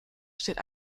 steht